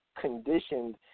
conditioned